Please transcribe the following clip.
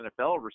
NFL